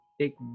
take